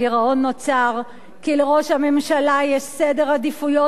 הגירעון נוצר כי לראש הממשלה יש סדר עדיפויות,